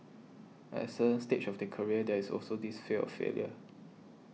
at a certain stage of the career there is also this fear of failure